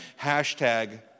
hashtag